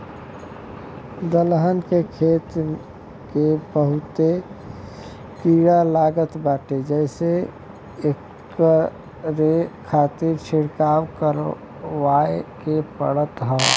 दलहन के खेत के बहुते कीड़ा लागत बाटे जेसे एकरे खातिर छिड़काव करवाए के पड़त हौ